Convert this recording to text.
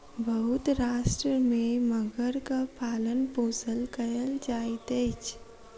बहुत राष्ट्र में मगरक पालनपोषण कयल जाइत अछि